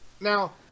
Now